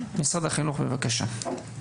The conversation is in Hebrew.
החינוך, בבקשה.